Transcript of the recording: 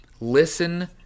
Listen